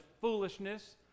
foolishness